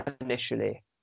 initially